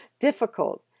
Difficult